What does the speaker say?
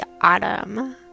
autumn